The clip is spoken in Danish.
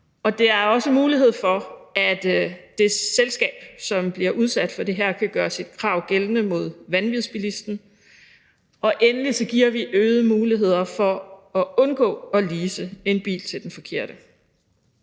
og der er også mulighed for, at det selskab, som bliver udsat for det her, kan gøre sit krav gældende over for vanvidsbilisten. Og endelig giver vi øgede muligheder for at undgå at lease en bil til den forkerte.